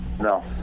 No